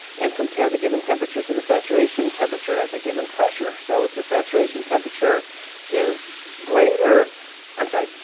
and compare the given temperature to the saturation temperature at the given pressure. so if the saturation temperature is greater i'm sorry,